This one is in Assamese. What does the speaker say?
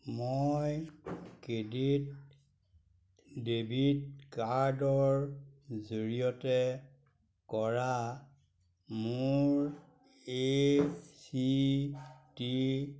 মই ক্ৰেডিট ডেবিট কাৰ্ডৰ জৰিয়তে কৰা মোৰ এ চি টি